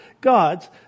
gods